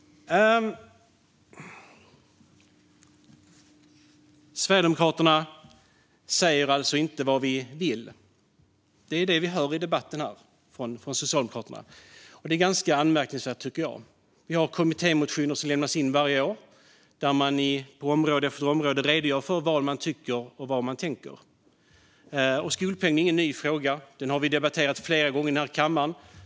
Sverigedemokraterna säger alltså inte vad vi vill - det är det vi hör i debatten här från Socialdemokraterna. Det är ganska anmärkningsvärt. Vi har kommittémotioner som lämnas in varje år, där vi på område efter område redogör för vad vi tycker och vad vi tänker. Skolpengen är ingen ny fråga; den har vi debatterat flera gånger i den här kammaren.